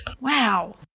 Wow